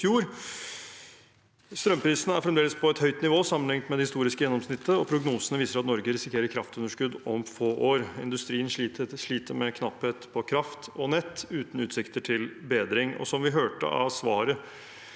Strømprisene er fremdeles på et høyt nivå sammenlignet med det historiske gjennomsnittet, og prognosene viser at Norge risikerer kraftunderskudd om få år. Industrien sliter med knapphet på kraft og nett – uten utsikter til bedring.